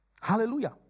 Hallelujah